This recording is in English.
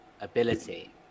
ability